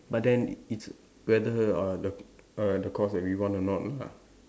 but then it's whether uh the uh the course we want or not lah